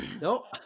No